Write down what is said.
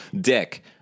Dick